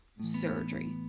surgery